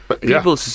People